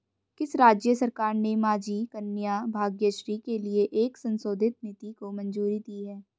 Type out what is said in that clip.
किस राज्य सरकार ने माझी कन्या भाग्यश्री के लिए एक संशोधित नीति को मंजूरी दी है?